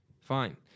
Fine